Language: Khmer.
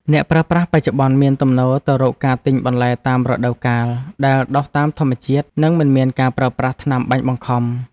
អ្នកប្រើប្រាស់បច្ចុប្បន្នមានទំនោរទៅរកការទិញបន្លែតាមរដូវកាលដែលដុះតាមធម្មជាតិ និងមិនមានការប្រើប្រាស់ថ្នាំបាញ់បង្ខំ។